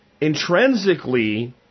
intrinsically